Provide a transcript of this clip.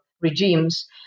regimes